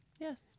yes